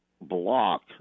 block